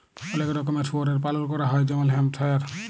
অলেক রকমের শুয়রের পালল ক্যরা হ্যয় যেমল হ্যাম্পশায়ার